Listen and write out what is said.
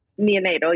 Neonatal